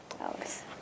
Alex